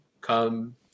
come